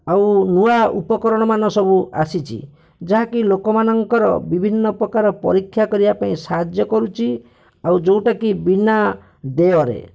ଆଉ ନୂଆ ଉପକରଣମାନ ସବୁ ଆସିଛି ଯାହାକି ଲୋକମାନଙ୍କର ବିଭିନ୍ନପ୍ରକାର ପରୀକ୍ଷା କରିବାରେ ସାହାଯ୍ୟ କରୁଛି ଆଉ ଯେଉଁଟାକି ବିନା ଦେୟରେ